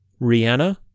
Rihanna